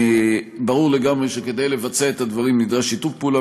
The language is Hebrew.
ברור לגמרי שכדי לבצע את הדברים נדרש שיתוף פעולה